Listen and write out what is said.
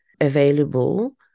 available